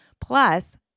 plus